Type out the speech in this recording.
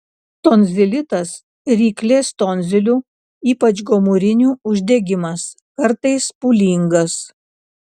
tonzilitas ryklės tonzilių ypač gomurinių uždegimas kartais pūlingas